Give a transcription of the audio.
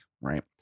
right